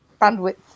bandwidth